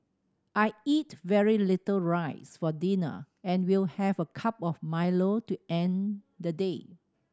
I eat very little rice for dinner and will have a cup of Milo to end the day